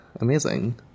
amazing